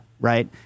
right